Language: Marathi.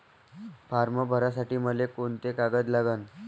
फारम भरासाठी मले कोंते कागद लागन?